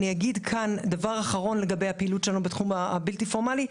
אגיד כאן דבר אחרון לגבי הפעילות שלנו בתחום הבלתי פורמלי.